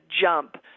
jump